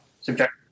subject